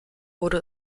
wurde